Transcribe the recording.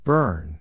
Burn